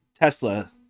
Tesla